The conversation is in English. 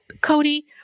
Cody